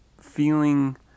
feeling